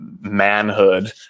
manhood